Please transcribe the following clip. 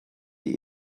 die